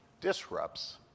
disrupts